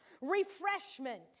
Refreshment